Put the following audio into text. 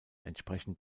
entsprechen